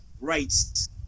rights